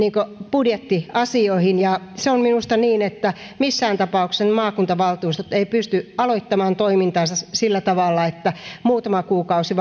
budjettiasioihin se on minusta niin että missään tapauksessa ne maakuntavaltuustot eivät pysty aloittamaan toimintaansa sillä tavalla että muutama kuukausi